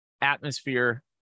atmosphere